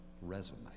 resume